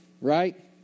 right